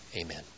Amen